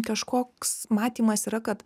kažkoks matymas yra kad